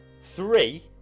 Three